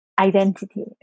identity